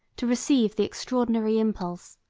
to receive the extraordinary impulse,